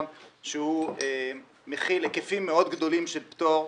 שהוא מכיל היקפים מאוד גדולים של פטור,